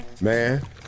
Man